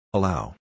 Allow